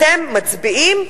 אתם מצביעים,